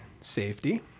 safety